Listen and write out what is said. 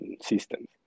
systems